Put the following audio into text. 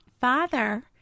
Father